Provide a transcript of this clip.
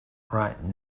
right